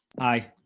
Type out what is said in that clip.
i.